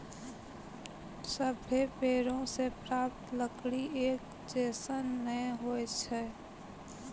सभ्भे पेड़ों सें प्राप्त लकड़ी एक जैसन नै होय छै